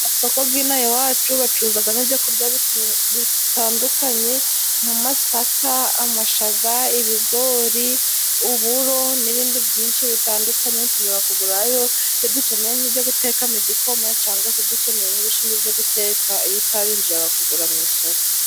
Mu masoko ginaha iwacu bacuruzagamo ibyokurya bitandukanye: nk'amasaka, amashaza, ibigori, uburo n'ibindi byinshi bitandukanye tujaga kugurayo, iyo dukeneye nk'ibyo guteka mu gikoma cyangwa se dukeneye nk'ibishimbo byo guteka, iyo utabihinze ujaga kugura mu isoko.